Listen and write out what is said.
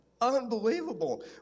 unbelievable